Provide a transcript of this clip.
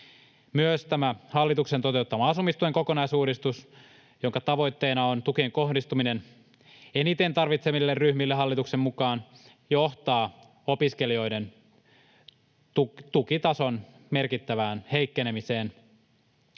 Myös hallituksen toteuttama asumistuen kokonaisuudistus, jonka tavoitteena on hallituksen mukaan tukien kohdistuminen eniten tarvitseville ryhmille, johtaa opiskelijoiden tukitason merkittävään heikkenemiseen.